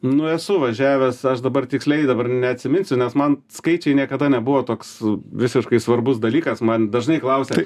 nu esu važiavęs aš dabar tiksliai dabar neatsiminsiu nes man skaičiai niekada nebuvo toks visiškai svarbus dalykas man dažnai klausia